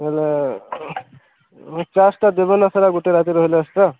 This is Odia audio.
ହେଲେ ଦେବେନା ସାର୍ ଗୋଟେ ରାତି ରହିଲେ ଏକ୍ସଟ୍ରା